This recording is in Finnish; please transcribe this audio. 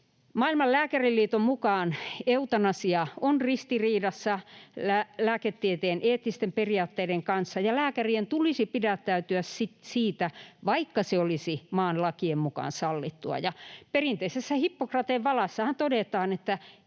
Maailman lääkäriliiton mukaan eutanasia on ristiriidassa lääketieteen eettisten periaatteiden kanssa ja lääkärien tulisi pidättyä siitä, vaikka se olisi maan lakien mukaan sallittua. Ja perinteisessä Hippokrateen valassahan todetaan: ”En